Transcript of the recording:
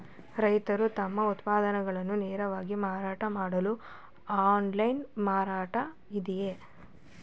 ರೈತರು ತಮ್ಮ ಉತ್ಪನ್ನಗಳನ್ನು ನೇರವಾಗಿ ಮಾರಾಟ ಮಾಡಲು ಆನ್ಲೈನ್ ಮಾರುಕಟ್ಟೆ ಇದೆಯೇ?